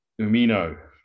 Umino